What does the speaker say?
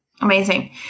Amazing